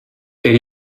elle